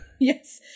Yes